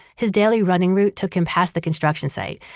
his daily running route took him past the construction site,